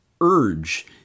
urge